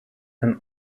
and